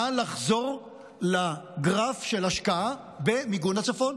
נא לחזור לגרף של השקעה במיגון הצפון.